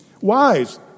Wise